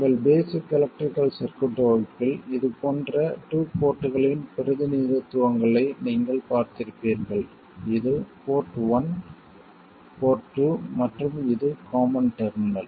உங்கள் basic electrical circuit வகுப்பில் இதுபோன்ற டூ போர்ட்களின் பிரதிநிதித்துவங்களை நீங்கள் பார்த்திருப்பீர்கள் இது போர்ட் 1 போர்ட் 2 மற்றும் இது காமன் டெர்மினல்